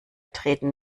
treten